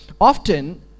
Often